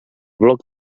bloc